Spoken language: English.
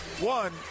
One—